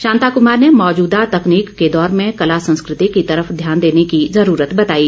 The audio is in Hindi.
शांता क्मार ने मौजूदा तकनीक के दौर में कला संस्कृति की तरफ ध्यान देने की जरूरत बताई